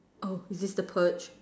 oh is this the purge